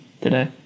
today